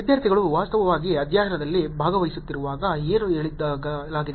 ವಿದ್ಯಾರ್ಥಿಗಳು ವಾಸ್ತವವಾಗಿ ಅಧ್ಯಯನದಲ್ಲಿ ಭಾಗವಹಿಸುತ್ತಿರುವಾಗ ಏನು ಹೇಳಲಾಗಿದೆ